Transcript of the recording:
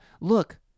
look